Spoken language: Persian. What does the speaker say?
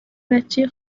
بچه